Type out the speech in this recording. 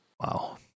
Wow